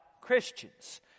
Christians